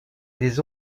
des